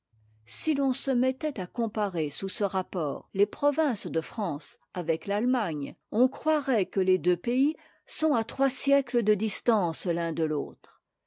si l'on se mett tait à comparer sous ce rapport les provinces de s france avec l'allemagne on croirait que les deux i pays sont à trois siècles de distance l'un de l'aui